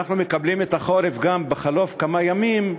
אנחנו מקבלים את החורף גם בחלוף כמה ימים,